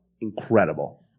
incredible